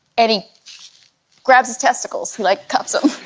eddie grab his testicles like cups up